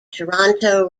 toronto